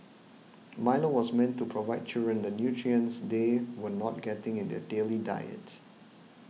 milo was meant to provide children the nutrients they were not getting in their daily diet